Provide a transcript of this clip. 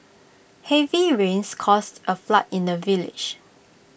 heavy rains caused A flood in the village